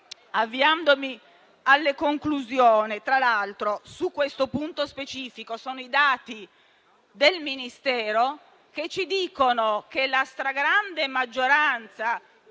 Avviandomi alle conclusioni, su questo punto specifico i dati del Ministero ci dicono che la stragrande maggioranza